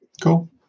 Cool